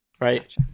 Right